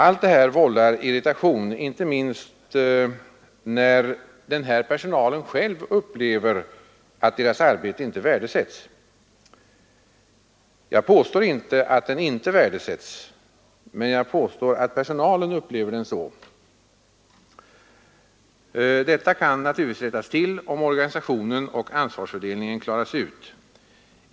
Allt detta vållar irritation, inte minst när den här personalen själv upplever att dess arbete inte värdesätts. Jag påstår inte att det inte värdesätts, men jag påstår att personalen upplever det så. Detta kan naturligtvis rättas till, om organisation och ansvarsfördelning klaras ut.